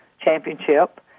championship